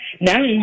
now